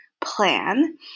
plan